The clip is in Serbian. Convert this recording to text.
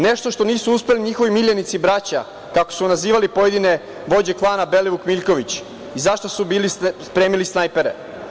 Nešto što nisu uspeli njihovi miljenici i braća, kako su nazivali pojedine vođe klana Belivuk, Miljković i za šta su bili spremili snajpere?